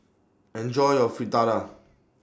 Enjoy your Fritada